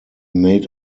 made